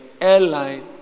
airline